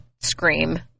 scream